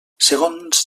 segons